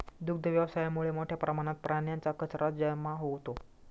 दुग्ध व्यवसायामुळे मोठ्या प्रमाणात प्राण्यांचा कचरा जमा होतो